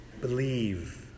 Believe